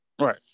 Right